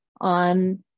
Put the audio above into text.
on